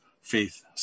faith